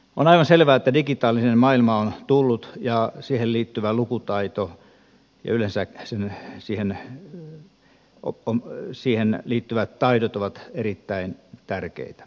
on aivan selvää että digitaalinen maailma on tullut ja siihen liittyvä lukutaito ja yleensä siihen liittyvät taidot ovat erittäin tärkeitä